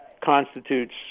constitutes